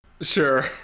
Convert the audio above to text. sure